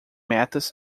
metas